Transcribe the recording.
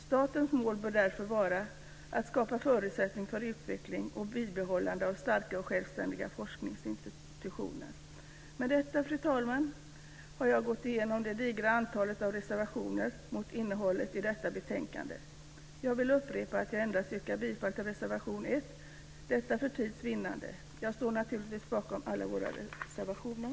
Statens mål bör därför vara att skapa förutsättningar för utveckling och bibehållande av starka och självständiga forskningsinstitutioner. Med detta, fru talman, har jag gått igenom det digra antalet av reservationer mot innehållet i detta betänkande. Jag vill upprepa att jag yrkar bifall endast till reservation 1; detta för tids vinnande. Jag står naturligtvis bakom alla våra reservationer.